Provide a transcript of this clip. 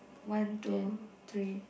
one two three